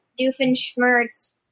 Doofenshmirtz